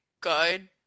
good